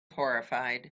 horrified